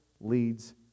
leads